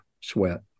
sweat